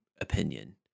opinion